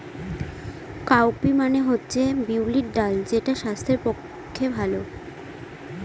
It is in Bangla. কাউপি মানে হচ্ছে বিউলির ডাল যেটা স্বাস্থ্যের জন্য ভালো